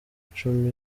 icumi